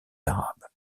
arabes